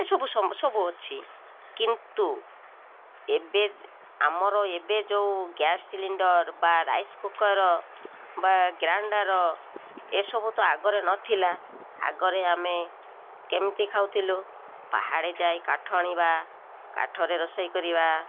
ଏସବୁ ସବୁ ସବୁ ଅଛି କିନ୍ତୁ ଏବେ ଆମର ଏବେ ଯେଉଁ ଗ୍ୟାସ୍ ସିଲିଣ୍ଡର ବା ରାଇସ୍ କୁକର୍ ବା ଗ୍ରାଇଣ୍ଡର ଏସବୁ ତ ଆଗରେ ନଥିଲା ଆଗରେ ଆମେ କେମିତି ଖାଉଥିଲୁ ପାହାଡ଼େ ଯାଇ କାଠ ଆଣିବା କାଠରେ ରୋଷେଇ କରିବା